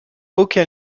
aucun